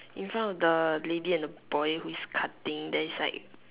in front of the lady and the boy who is cutting there is like